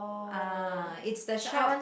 ah it's the shop